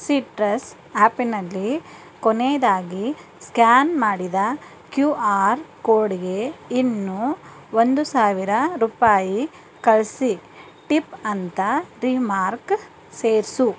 citrus ಆ್ಯಪಿನಲ್ಲಿ ಕೊನೆಯದಾಗಿ scan ಮಾಡಿದ ಕ್ಯೂ ಆರ್ ಕೋಡ್ಗೆ ಇನ್ನೂ ಒಂದು ಸಾವಿರ ರೂಪಾಯಿ ಕಳಿಸಿ ಟಿಪ್ ಅಂತ ರೀಮಾರ್ಕ್ ಸೇರಿಸು